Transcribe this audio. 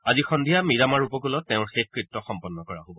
আজি সন্ধিয়া মীৰামাৰ উপকুলত তেওঁৰ শেষকৃত্য সম্পন্ন কৰা হ'ব